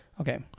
Okay